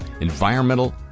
Environmental